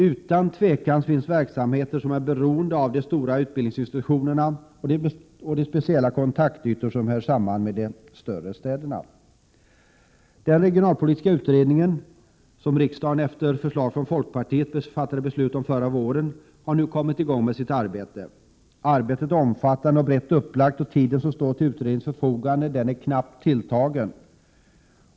Utan tvivel finns det verksamheter som är beroende av de stora utbildningsinstitutionerna och de speciella kontaktytor som hör samman med de större städerna. Den regionalpolitiska utredningen — som riksdagen, efter förslag från folkpartiet, förra våren fattade beslut om — har nu kommit i gång med sitt arbete. Arbetet är omfattande och brett upplagt. Men den tid som står till utredningens förfogande är knappt tilltagen.